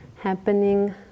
happening